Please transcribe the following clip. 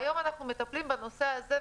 והיום אנחנו מטפלים בנושא הזה,